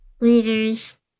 leaders